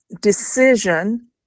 decision